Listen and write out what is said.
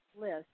list